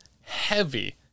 heavy